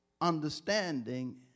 understanding